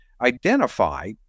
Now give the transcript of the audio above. Identify